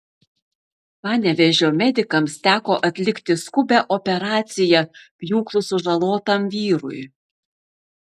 panevėžio medikams teko atlikti skubią operaciją pjūklu sužalotam vyrui